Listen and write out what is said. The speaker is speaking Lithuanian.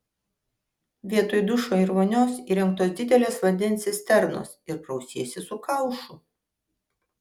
vietoj dušo ir vonios įrengtos didelės vandens cisternos ir prausiesi su kaušu